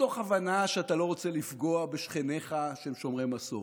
מתוך הבנה שאתה לא רוצה לפגוע בשכניך שהם שומרי מסורת.